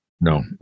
No